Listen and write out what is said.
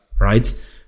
right